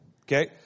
Okay